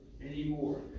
anymore